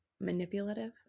manipulative